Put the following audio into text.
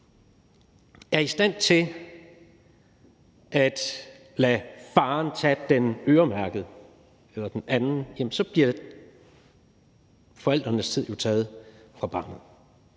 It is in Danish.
er i stand til at lade faren tage den øremærkede, eller den anden, jamen så bliver forældrenes tid jo taget fra barnet,